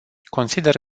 consider